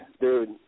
dude